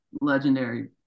legendary